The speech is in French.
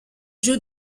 joue